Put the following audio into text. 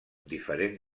diferent